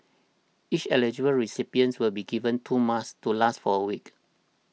each eligible recipient will be given two masks to last for a week